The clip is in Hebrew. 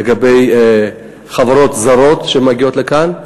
לגבי חברות זרות שמגיעות לכאן,